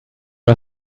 are